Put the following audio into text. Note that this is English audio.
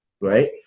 right